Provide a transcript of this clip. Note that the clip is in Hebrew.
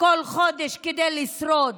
כל חודש כדי לשרוד.